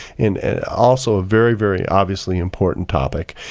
and also a very, very obviously important topic.